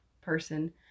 person